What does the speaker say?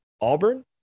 Auburn